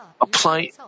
apply